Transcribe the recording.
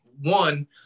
one